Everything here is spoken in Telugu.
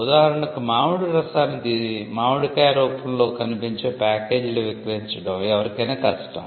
ఉదాహరణకు మామిడి రసాన్ని మామిడి కాయ రూపంలో కనిపించే ప్యాకేజీలో విక్రయించడం ఎవరికైనా కష్టం